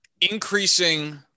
increasing